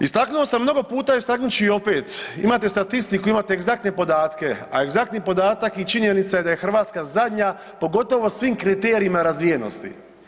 Istaknuo sam mnogo puta istaknut ću i opet, imate statistiku, imate egzaktne podatke, a egzaktni podatak i činjenica je da je Hrvatska zadnja po gotovo svim kriterijima razvijenosti.